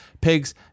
Pigs